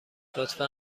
لطفا